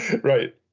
Right